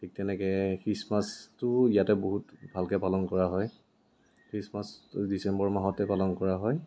ঠিক তেনেকৈ খ্ৰীষ্টমাছটোও ইয়াতে বহুত ভালকৈ পালন কৰা হয় খ্ৰীষ্টমাছটো ডিচেম্বৰ মাহতে পালন কৰা হয়